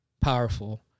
powerful